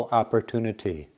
opportunity